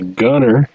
gunner